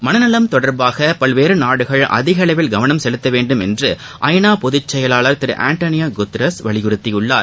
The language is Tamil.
மனநலம் தொடர்பாக பல்வேறு நாடுகள் அதிகளவில் கவனம் செலுத்த வேண்டும் என்று ஐநா பொதுச் செயலாளர் திரு அன்டோனியோ குட்ரஸ் வலியுறுத்தியுள்ளார்